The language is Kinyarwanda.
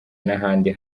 n’ahandi